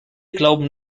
glauben